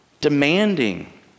demanding